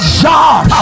job